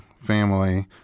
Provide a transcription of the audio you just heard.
family